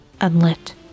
unlit